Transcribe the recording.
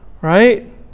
Right